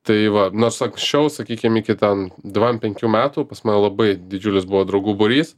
tai va nors anksčiau sakykim iki ten dvam penkių metų pas man labai didžiulis buvo draugų būrys